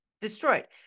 destroyed